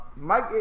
Mike